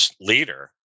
leader